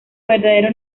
verdadero